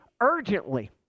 urgently